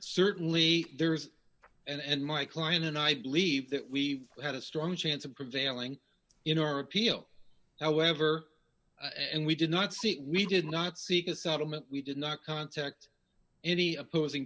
certainly there is and my client and i believe that we had a strong chance of prevailing in our appeal however and we did not seek me did not seek a settlement we did not contact any opposing